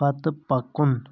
پتہٕ پکُن